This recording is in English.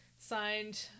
signed